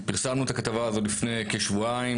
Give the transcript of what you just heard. פרסמנו את הכתבה הזו לפני כשבועיים,